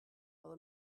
well